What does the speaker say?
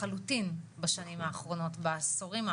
לחלוטין, בשנים האחרונות, בעשורים האחרונים.